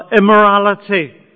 immorality